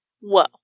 Whoa